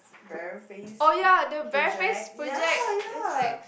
bare face p~ project ya ya